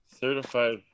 certified